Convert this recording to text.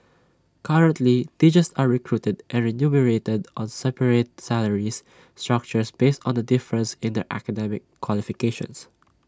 currently teachers are recruited and remunerated on separate salary structures based on the difference in their academic qualifications